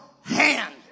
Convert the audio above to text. hand